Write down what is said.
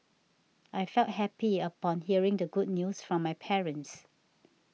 I felt happy upon hearing the good news from my parents